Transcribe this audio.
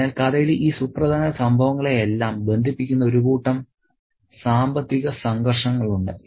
അതിനാൽ കഥയിലെ ഈ സുപ്രധാന സംഭവങ്ങളെയെല്ലാം ബന്ധിപ്പിക്കുന്ന ഒരു കൂട്ടം സാമ്പത്തിക സംഘർഷങ്ങളുണ്ട്